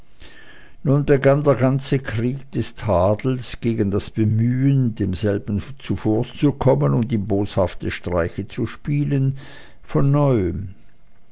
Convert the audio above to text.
nun begann der ganze krieg des tadels gegen das bemühen demselben zuvorzukommen und ihm boshafte streiche zu spielen von neuem